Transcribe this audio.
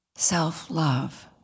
self-love